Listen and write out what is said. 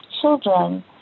children